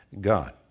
God